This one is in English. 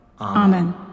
Amen